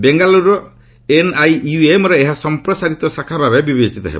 ବେଙ୍ଗାଲୁର ଏନଆଇୟୁଏମ୍ର ଏହା ସମ୍ପ୍ରସାରିତ ଶାଖାଭାବେ ବିବେଚିତ ହେବ